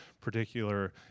particular